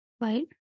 Right